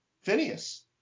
Phineas